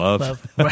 Love